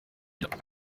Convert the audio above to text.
villa